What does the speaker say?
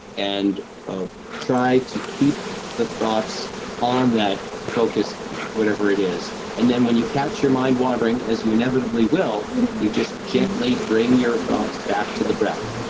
and ah try to keep the thoughts on that focus whatever it is. and then when you catch your mind-wandering, as you inevitably will you just gently bring your thoughts back to the breath.